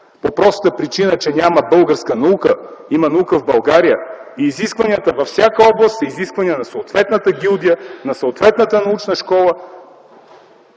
по простата причина, че няма българска наука. Има наука в България и изискванията във всяка област са изисквания на съответната гилдия, на съответната научна школа.